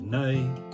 night